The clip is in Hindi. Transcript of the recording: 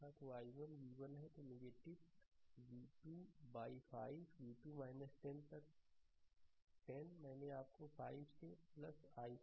तो i1 v1 है v2 बाई 5 v2 10 तक 10 मैंने आपको 5 से i4 v2 बताया